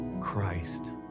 Christ